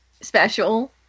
special